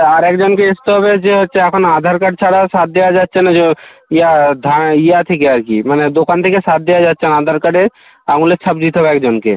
আর একজন যে এসতে হবে যে হচ্ছে এখন আধার কার্ড ছাড়া সার দেওয়া যাচ্ছে না যো ইয়া ধা ইয়া থেকে আর কি মানে দোকান থেকে সার দেওয়া যাচ্ছে না আধার কার্ডের আঙুলের ছাপ দিতে হবে একজনকে